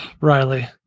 Riley